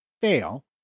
fail